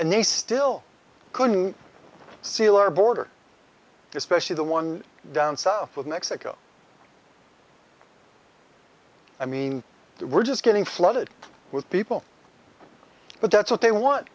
and they still couldn't seal our border especially the one down south of mexico i mean we're just getting flooded with people but that's what they want